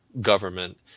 government